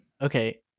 Okay